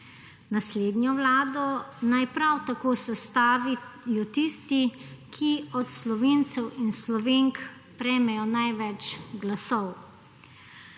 Naslednjo vlado naj prav tako sestavijo tisti, ki od Slovencev in Slovenk prejmejo največ glasov.